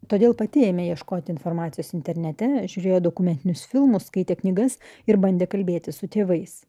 todėl pati ėmė ieškoti informacijos internete žiūrėjo dokumentinius filmus skaitė knygas ir bandė kalbėtis su tėvais